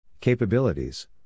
Capabilities